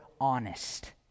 honest